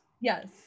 Yes